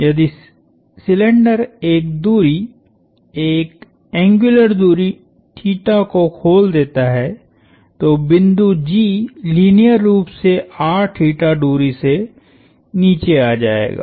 यदि सिलिंडर एक दूरी एक एंग्युलर दूरीको खोल देता है तो बिंदु G लीनियर रूप सेदूरी से नीचे आ जाएगा